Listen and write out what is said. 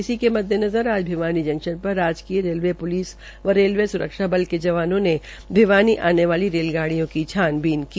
इसी के मद्देनज़र आज भिवानी जक्शन पर राजकीय रेलवे प्लिस व रेलवे स्रक्षा बल के जवानों ने भिवानी आने वाली रेलगाडियों की छानबीन की